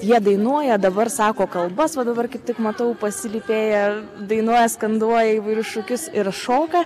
jie dainuoja dabar sako kalbas va dabar kaip tik matau pasilypėja dainuoja skanduoja įvairius šūkius ir šoka